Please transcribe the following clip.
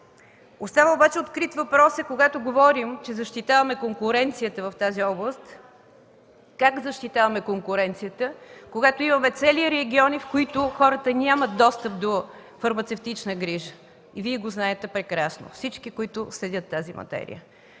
Остава обаче открит въпросът, когато говорим, че защитаваме конкуренцията в тази област: как защитаваме конкуренцията, когато имаме цели региони, в които хората нямат достъп до фармацевтична грижа? Вие го знаете прекрасно – всички, които следят тази материя.